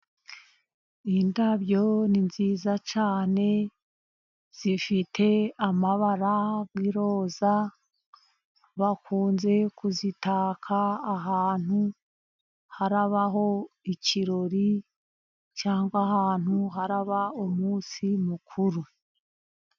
Indabyo ni nziza cyane zifite amabara y'iroza, bakunze kuzitaka ahantu harabaho ikirori cyangwa ahantu haraba umunsi mukuru.